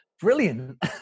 brilliant